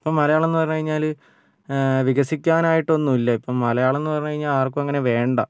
ഇപ്പം മലയാളം എന്നു പറഞ്ഞു കഴിഞ്ഞാൽ വികസിക്കാനായിട്ടൊന്നുമില്ല ഇപ്പം മലയാളം എന്നു പറഞ്ഞു കഴിഞ്ഞാൽ ആർക്കും അങ്ങനെ വേണ്ട